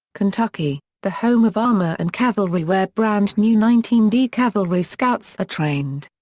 kentucky, the home of armor and cavalry where brand new nineteen d cavalry scouts are trained.